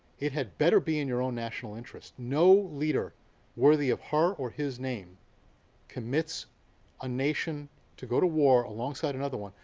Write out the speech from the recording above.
it had better be in your own national interest. no leader worthy of her or his name commits his ah nation to go to war alongside another one,